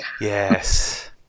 Yes